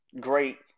great